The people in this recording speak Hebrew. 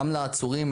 גם לעצורים,